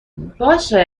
باشه